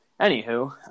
anywho